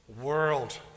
world